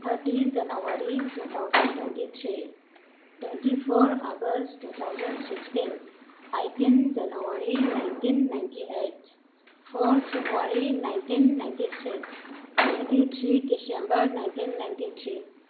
thirty January two thousand twenty three twenty four August two thousand sixteen eighteen January nineteen ninety eight four February nineteen ninety six twenty three December nineteen ninety three